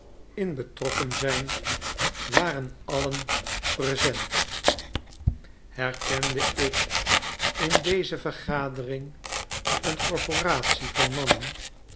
in betrokken zijn waren alien present herkende ik in deze vergadering een corporate van mannen